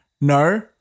No